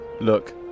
Look